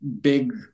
big